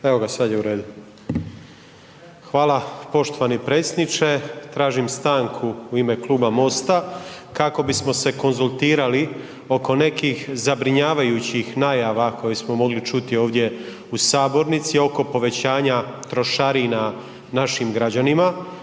Evo ga sad je u redu. Hvala poštovani predsjedniče, tražim stanku u ime Kluba MOST-a kako bismo se konzultirali oko nekih zabrinjavajućih najava koje smo mogli čuti ovdje u sabornici oko povećavanja trošarina našim građanima